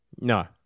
No